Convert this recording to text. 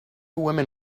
women